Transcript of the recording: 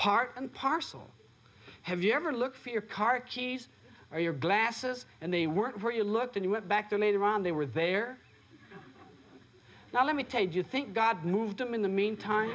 part and parcel have you ever looked for your car keys or your glasses and they weren't what you looked and you went back to made iran they were there now let me tell you think god moved them in the meantime